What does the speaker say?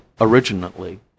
originally